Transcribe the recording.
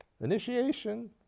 initiation